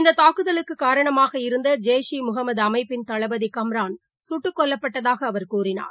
இந்ததாக்குதலுக்குகாரணமாக இருந்தஜெய்ஷ் ஈமுகமதுஅமைப்பின் தளபதிகம்ரான் சுட்டுக்கொல்லப்பட்டதாகஅவர் கூறினார்